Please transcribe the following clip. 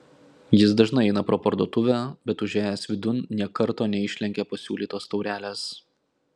jis dažnai eina pro parduotuvę bet užėjęs vidun nė karto neišlenkė pasiūlytos taurelės